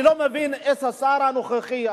אני לא מבין את השר הנוכחי,